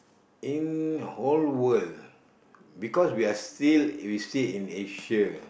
in whole world because we are still we still in Asia